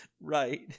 Right